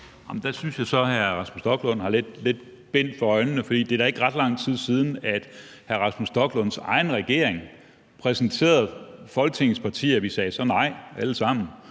Der synes jeg så, at hr. Rasmus Stoklund har lidt bind for øjnene, for det er da ikke ret lang tid siden, at hr. Rasmus Stoklunds egen regering og hr. Rasmus Stoklund præsenterede Folketingets partier – vi sagde alle sammen